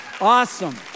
awesome